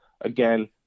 Again